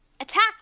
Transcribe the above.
attack